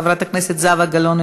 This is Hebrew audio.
חברת הכנסת זהבה גלאון,